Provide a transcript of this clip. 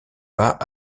pas